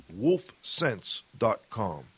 wolfsense.com